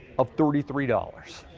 a thirty three dollars.